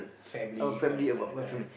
family correct correct correct